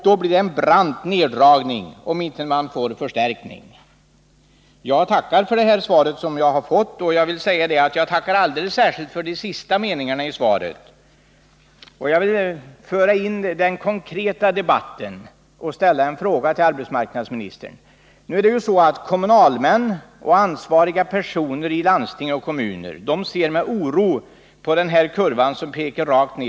Det blir en kraftig neddragning då, om man inte får en förstärkning av medelstilldelningen. Men jag tackar för det svar som jag fått, särskilt för de sista meningarna i det. Kommunalmän och ansvariga personer i landsting och kommuner ser med oro på den nedgången i medelstillgången.